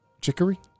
Chicory